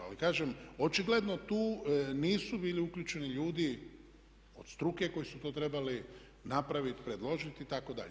Ali kažem očigledno tu nisu bili uključeni ljudi od struke koji su to trebali napraviti, predložiti itd.